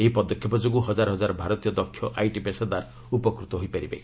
ଏହି ପଦକ୍ଷେପ ଯୋଗୁଁ ହଜାର ହଜାର ଭାରତୀୟ ଦକ୍ଷ ଆଇଟି ପେସାଦାର ଉପକୃତ ହେବେ